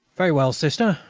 very well, sister,